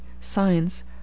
science